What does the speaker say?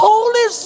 Holy